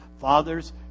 Fathers